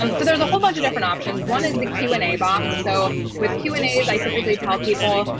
um so there's a whole bunch of different options. one is the q amp and a box. so with q and a's, i typically tell people,